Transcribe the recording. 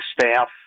staff